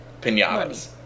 pinatas